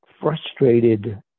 frustrated